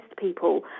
people